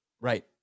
Right